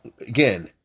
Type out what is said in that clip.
again